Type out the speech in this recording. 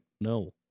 No